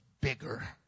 bigger